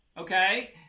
Okay